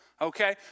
Okay